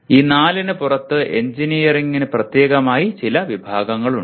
ഈ നാലിന് പുറത്ത് എഞ്ചിനീയറിംഗിന് പ്രത്യേകമായി ചില വിഭാഗങ്ങളുണ്ട്